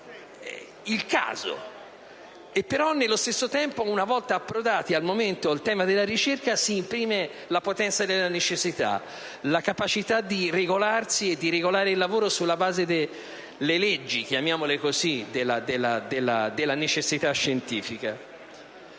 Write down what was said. Il caso. Però, nello stesso tempo, una volta approdati al momento e al tema della ricerca si imprime la potenza della necessità, la capacità di regolarsi e di regolare il lavoro sulla base delle leggi - chiamiamole così - della necessità scientifica.